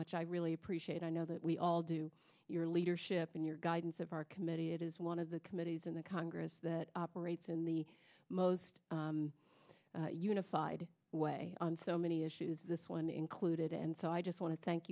much i really appreciate i know that we all do your leadership and your guidance of our committee it is one of the committees in the congress that operates in the most unified way on so many issues this one included and so i just want to thank